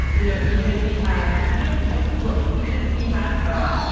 you know, even if he'd had even if ah look. even if he had thought.